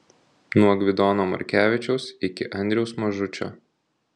nuo gvidono markevičiaus iki andriaus mažučio